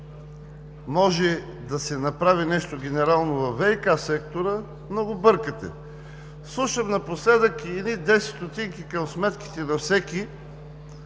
може да се направи нещо генерално във ВиК сектора, много бъркате. Слушам напоследък – едни 10 стотинки към сметките на всеки